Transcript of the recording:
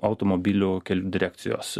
automobilių kelių direkcijos